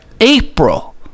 April